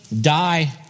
die